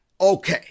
okay